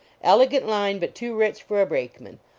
elegant line, but too rich for a brake man.